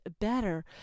better